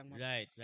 right